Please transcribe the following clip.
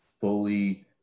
fully